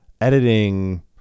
editing